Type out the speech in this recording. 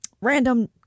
random